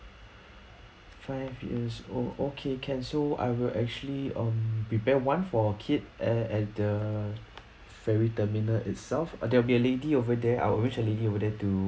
five years old okay can so I will actually um prepare one for kid a~ at the ferry terminal itself there will be a lady over there I will arrange a lady over there to